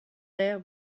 there